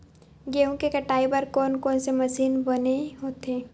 गेहूं के कटाई बर कोन कोन से मशीन बने होथे?